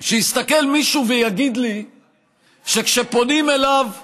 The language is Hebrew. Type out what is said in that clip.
שיסתכל מישהו ויגיד לי שכשפונים אליו לפגישה,